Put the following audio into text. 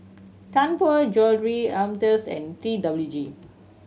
Tianpo Jewellery Ameltz and T W G